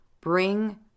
bring